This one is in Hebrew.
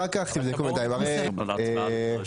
אנחנו מצביעים על סעיף 5 כפי שהוקרא כאן עם הכוכבית.